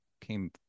came